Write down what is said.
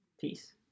peace